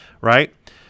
Right